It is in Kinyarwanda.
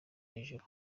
hejuru